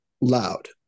loud